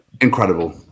Incredible